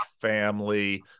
family